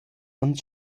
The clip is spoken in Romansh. ans